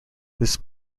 this